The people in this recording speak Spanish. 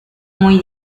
muy